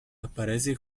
aparece